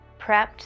prepped